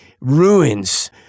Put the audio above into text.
ruins